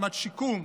ממד שיקום,